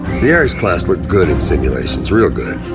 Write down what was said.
the ares class looked good in simulations, real good.